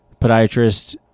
podiatrist